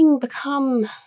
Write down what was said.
become